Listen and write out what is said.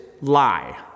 lie